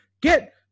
Get